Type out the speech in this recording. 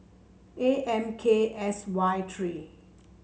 A M K S Y three